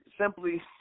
Simply